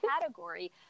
category